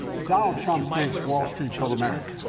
donald trump thinks wall street built america.